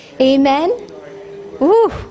Amen